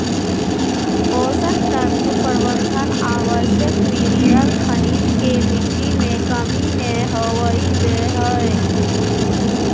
पोषक तत्व प्रबंधन आवश्यक मिनिरल खनिज के मिट्टी में कमी नै होवई दे हई